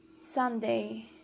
Sunday